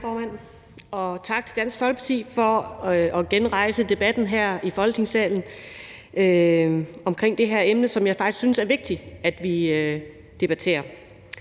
tak til Dansk Folkeparti for at genrejse debatten her i Folketingssalen omkring det her emne, som jeg faktisk synes det er vigtigt at vi debatterer.